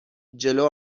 جلو